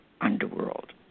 underworld